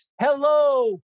hello